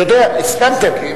אני יודע, הסכמתם.